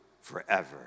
forever